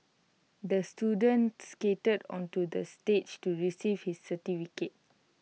the student skated onto the stage to receive his certificate